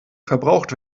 verbraucht